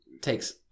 takes